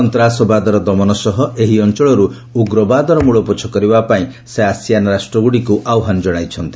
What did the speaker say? ସନ୍ତାସବାଦର ଦମନ ସହ ଏହି ଅଞ୍ଚଳରୁ ଉଗ୍ରବାଦର ମୂଳପୋଛ କରିବା ପାଇଁ ସେ ଆସିଆନ୍ ରାଷ୍ଟ୍ରଗୁଡ଼ିକୁ ଆହ୍ୱାନ ଜଣାଇଛନ୍ତି